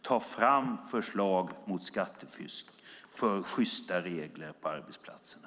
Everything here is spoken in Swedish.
Ta fram förslag mot skattefusk för sjysta regler på arbetsplatserna.